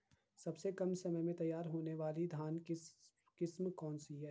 सबसे कम समय में तैयार होने वाली धान की किस्म कौन सी है?